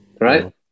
Right